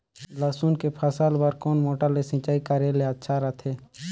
लसुन के फसल बार कोन मोटर ले सिंचाई करे ले अच्छा रथे?